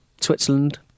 Switzerland